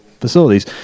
facilities